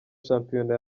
shampiyona